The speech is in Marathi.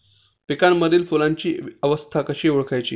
पिकांमधील फुलांची अवस्था कशी ओळखायची?